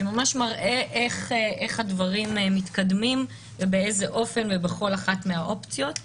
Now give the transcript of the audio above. שממש מראה איך הדברים מתקדמים ובאיזה אופן ובכל אחת מהאופציות.